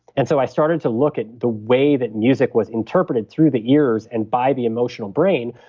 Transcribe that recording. and so i started to look at the way that music was interpreted through the ears and by the emotional brain.